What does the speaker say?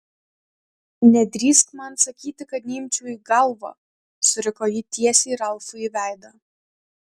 nedrįsk man sakyti kad neimčiau į galvą suriko ji tiesiai ralfui į veidą